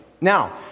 Now